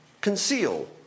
conceal